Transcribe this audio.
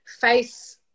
face